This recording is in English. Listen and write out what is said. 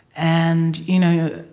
and you know